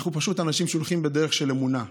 אנחנו פשוט אנשים שהולכים בדרך של אמונה.